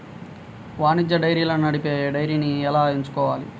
వాణిజ్య డైరీలను నడిపే డైరీని ఎలా ఎంచుకోవాలి?